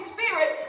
Spirit